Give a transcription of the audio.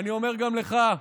ואני אומר גם לך,